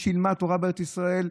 את מי שילמד תורה בארץ ישראל,